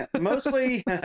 mostly